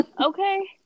Okay